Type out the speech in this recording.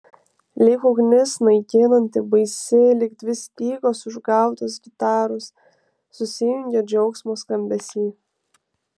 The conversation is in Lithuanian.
lyg ugnis naikinanti baisi lyg dvi stygos užgautos gitaros susijungę džiaugsmo skambesy